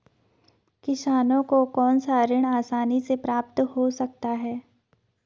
किसानों को कौनसा ऋण आसानी से प्राप्त हो सकता है?